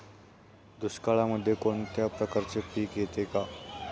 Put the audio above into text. दुष्काळामध्ये कोणत्या प्रकारचे पीक येते का?